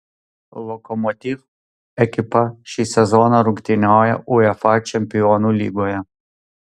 lokomotiv ekipa šį sezoną rungtyniauja uefa čempionų lygoje